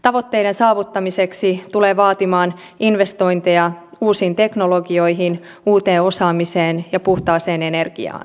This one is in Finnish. tavoitteiden saavuttamiseksi tullaan vaatimaan investointeja uusiin teknologioihin uuteen osaamiseen ja puhtaaseen energiaan